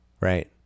right